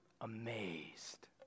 Amazed